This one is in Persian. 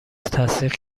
تصدیق